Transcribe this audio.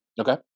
Okay